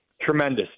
tremendous